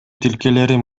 тилкелерин